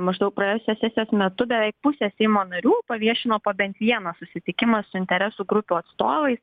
maždaug praėjusios sesijos metu beveik pusė seimo narių paviešino po bent vieną susitikimą su interesų grupių atstovais